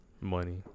Money